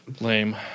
Lame